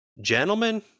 Gentlemen